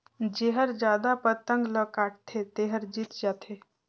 जेहर जादा पतंग ल काटथे तेहर जीत जाथे